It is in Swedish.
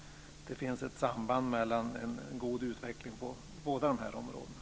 Det finns ett samband mellan en god utveckling på båda de här områdena.